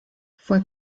fue